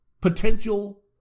potential